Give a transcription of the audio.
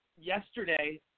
Yesterday